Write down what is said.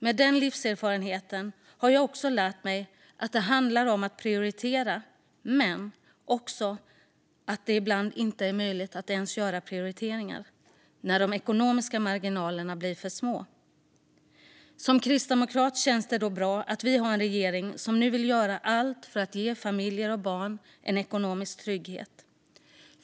Med den livserfarenheten har jag dock lärt mig att det handlar om att prioritera - men också att det ibland inte är möjligt att ens göra prioriteringar, när de ekonomiska marginalerna blir för små. För mig som kristdemokrat känns det då bra att vi har en regering som nu vill göra allt för att ge familjer och barn en ekonomisk trygghet.